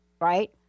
right